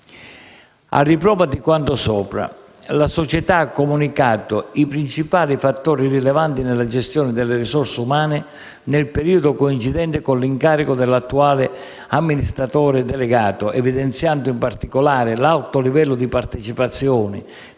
A riprova di quanto sopra, la società ha comunicato i principali fattori rilevanti nella gestione delle risorse umane nel periodo coincidente con l'incarico dell'attuale amministratore delegato, evidenziando, in particolare, l'alto livello di partecipazione